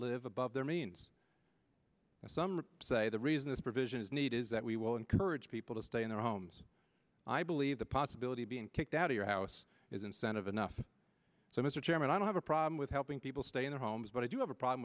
live above their means and some say the reason this provision is needed is that we will encourage people to stay in their homes i believe the possibility of being kicked out of your house is incentive enough so mr chairman i don't have a problem with helping people stay in their homes but i do have a problem